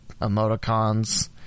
emoticons